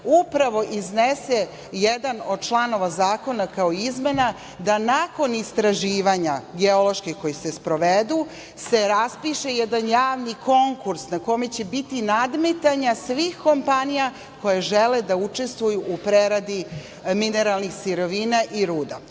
upravo iznese jedan od članova zakona, kao izmena, da nakon geoloških istraživanja, koji se sprovedu, raspiše javni konkurs na kome će biti nadmetanja svih kompanija koje žele da učestvuju u preradi mineralnih sirovina i